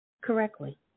correctly